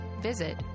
visit